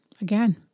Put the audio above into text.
again